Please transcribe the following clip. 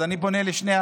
אז אני פונה לשני,